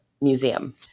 museum